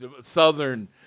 Southern